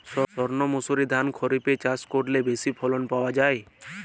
সর্ণমাসুরি ধান খরিপে চাষ করলে বেশি ফলন পাওয়া যায়?